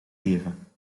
leven